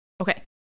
okay